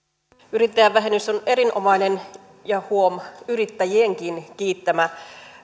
yrittäjävähennys on erinomainen ja huom yrittäjienkin kiittämä